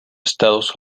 estados